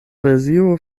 versio